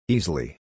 Easily